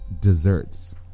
desserts